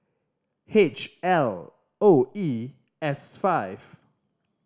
H L O E S five